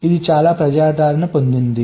ఇది చాలా ప్రజాదరణ పొందింది